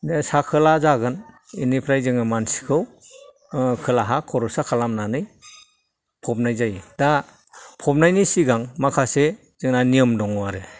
बे सा खोला जागोन बेनिफ्राय जोङो मानसिखौ खोलाहा खर'सा खालामनानै फबनाय जायो दा फबनायनि सिगां माखासे जोंना नियम दं आरो